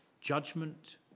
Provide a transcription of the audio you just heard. judgment